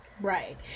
right